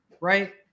right